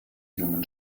jungen